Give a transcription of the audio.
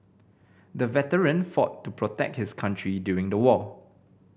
the veteran fought to protect his country during the war